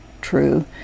true